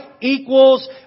equals